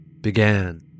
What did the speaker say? began